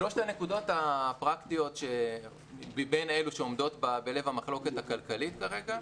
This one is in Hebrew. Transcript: שלוש הנקודות הפרקטיות מבין אלה שעומדות בלב המחלוקת הכלכלית כרגע: